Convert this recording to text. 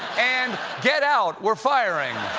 and get out, we're firing!